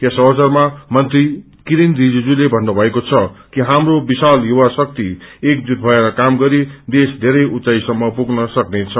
यस अवसरामा मंत्री किरेन रणिजुले धन्नुभएको छकि हामो विश्ल युवा शक्ति एकजूट भएर काम गरे देश बेरै उँचाई सम्म पुग्न सक्नेछ